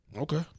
Okay